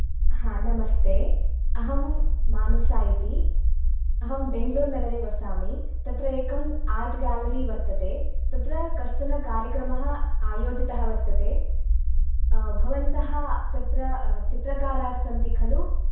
हा नमस्ते अहं मानसा इति अहं बेंगळुरुनगरे वसामि तत्र एकम् आर्ट् गेलरी वर्तते तत्र कश्चनकार्यक्रमः आयोजितः वर्तते भवन्तः तत्र चित्रकारः सन्ति खलु